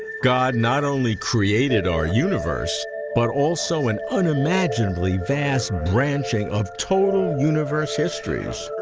god not only created our universe but also an unimaginably vast branching of total universe histories.